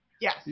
yes